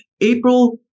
April